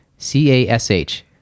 c-a-s-h